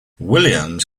williams